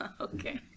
Okay